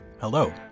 hello